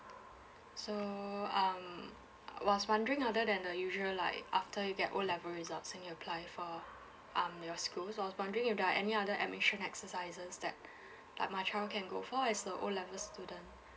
so um I was wondering other than the usual like after you get O level results and you apply for um your school so I was wondering if there are any other admission exercises that that my child can go for as the O level student